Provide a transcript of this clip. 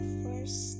first